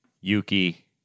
Yuki